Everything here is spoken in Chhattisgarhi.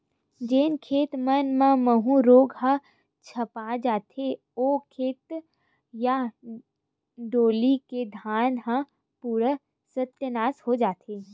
जेन खेत मन म माहूँ रोग ह झपा जथे, ओ खेत या डोली के धान ह पूरा सत्यानास हो जथे